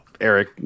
Eric